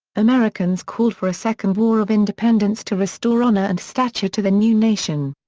americans called for a second war of independence to restore honor and stature to the new nation.